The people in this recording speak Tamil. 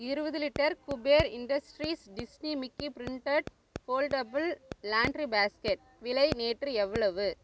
இருபது litre Kuber industries Disney Mickey printed foldable laundry basket விலை நேற்று எவ்வளவு